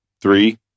three